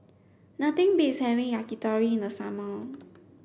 nothing beats having Yakitori in the summer